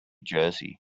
jersey